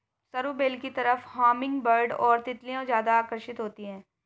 सरू बेल की तरफ हमिंगबर्ड और तितलियां ज्यादा आकर्षित होती हैं